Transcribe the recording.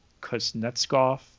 kuznetsov